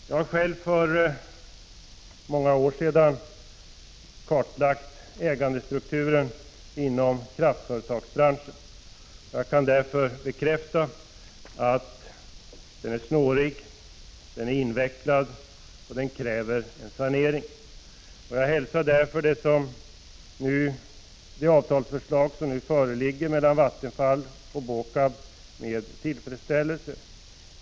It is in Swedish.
För många år sedan har jag själv kartlagt ägandestrukturen inom kraftföretagsbranschen, och jag kan därför bekräfta att den är snårig och invecklad och kräver en sanering. Därför hälsar jag det nu föreliggande förslaget till avtal mellan Vattenfall och BÅKAB med tillfredsställelse.